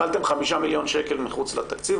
קיבלתם 5 מיליון שקל מחוץ לתקציב,